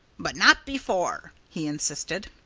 but not before! he insisted.